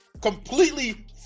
completely